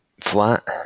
Flat